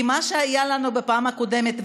כי מה שהיה לנו בפעם הקודמת,